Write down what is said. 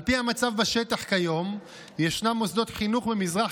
על פי המצב בשטח היום ישנם מוסדות חינוך במזרח